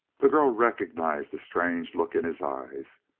the girl recognized the strained look in his eyes,